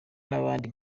n’abandi